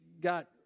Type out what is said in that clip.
got